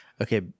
Okay